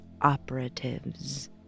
operatives